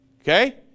Okay